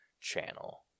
channel